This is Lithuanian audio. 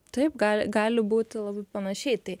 taip gal gali būti labai panašiai tai